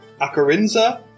Acarinza